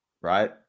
Right